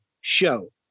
show